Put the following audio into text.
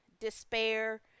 despair